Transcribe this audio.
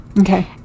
Okay